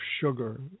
sugar